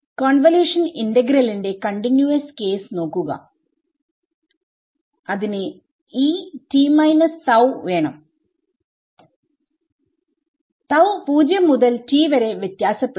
convolution ഇന്റെഗ്രലിന്റെ continuous case നോക്കുക അതിനു വേണം 0 മുതൽ t വരെ വ്യത്യാസപ്പെടുന്നു